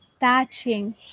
touching